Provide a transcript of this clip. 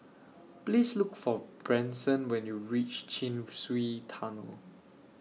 Please Look For Branson when YOU REACH Chin Swee Tunnel